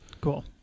cool